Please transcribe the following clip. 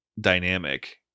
dynamic